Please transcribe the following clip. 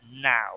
now